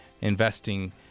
investing